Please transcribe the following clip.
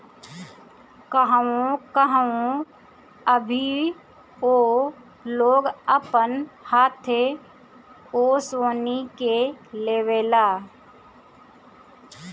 कहवो कहवो अभीओ लोग अपन हाथे ओसवनी के लेवेला